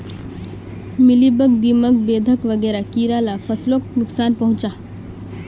mealybug, दीमक, बेधक वगैरह कीड़ा ला फस्लोक नुक्सान पहुंचाः